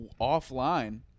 offline